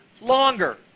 longer